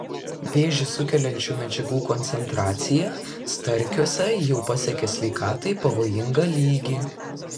vėžį sukeliančių medžiagų koncentracija starkiuose jau pasiekė sveikatai pavojingą lygį